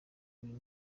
uyu